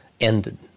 ended